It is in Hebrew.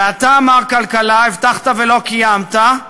ואתה, מר כלכלה, הבטחת ולא קיימת,